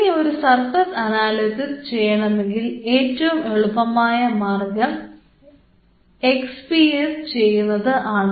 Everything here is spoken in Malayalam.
ഇനി ഒരു സർഫസ് അനാലിസിസ് ചെയ്യണമെങ്കിൽ ഏറ്റവും എളുപ്പമായ മാർഗ്ഗം നിങ്ങൾക്ക് എക്സ്പീഎസ് ചെയ്യുന്നത് ആണ്